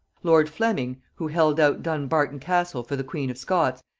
lord fleming, who held out dumbarton castle for the queen of scots,